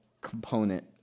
component